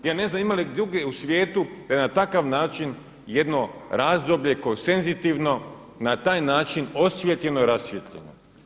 Je ne znam ima li drugdje u svijetu da je na takav način jedno razdoblje konsenzitivno na taj način osvijetljeno i rasvijetljeno.